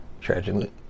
Tragically